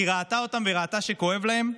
כי היא ראתה אותם וראתה שכואב להם.